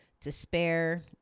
despair